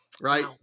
right